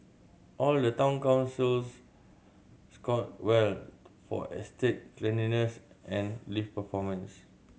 all the town councils scored well for estate cleanliness and lift performance